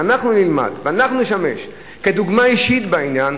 אם אנחנו נלמד ואנחנו נשמש דוגמה אישית בעניין,